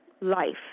life